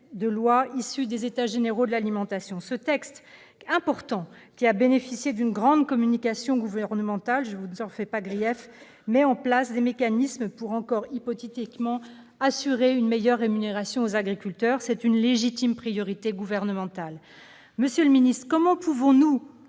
de loi issu des états généraux de l'alimentation. Ce texte important, qui a bénéficié d'une grande communication gouvernementale, dont je ne vous fais pas grief, monsieur le ministre, met en place des mécanismes pour- encore hypothétiquement -assurer une meilleure rémunération aux agriculteurs. C'est une légitime priorité gouvernementale. Monsieur le ministre, comment pouvons-nous,